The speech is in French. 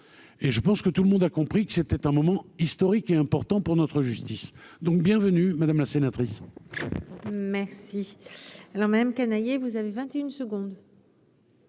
et je pense que tout le monde a compris que c'était un moment historique et important pour notre justice, donc bienvenue madame la sénatrice. Merci alors même Canayer, vous avez 21 secondes.